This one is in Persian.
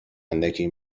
اندکی